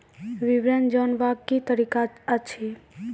विवरण जानवाक की तरीका अछि?